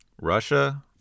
Russia